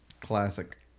Classic